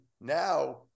now